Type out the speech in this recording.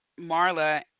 Marla